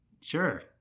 Sure